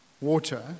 water